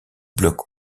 bloc